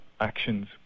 actions